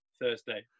Thursday